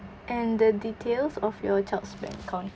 and the details of your child's bank account